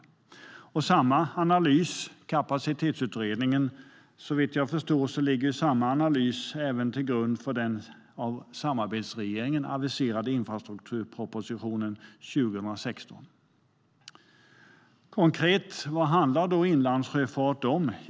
Samma analys som i Kapacitetsutredningen ligger såvitt jag förstår till grund för den av samarbetsregeringen aviserade infrastrukturpropositionen 2016.Vad handlar inlandssjöfart om, rent konkret?